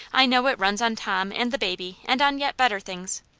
i know it runs on tom and the baby and on yet better things.